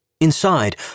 Inside